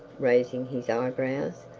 raising his eyebrows,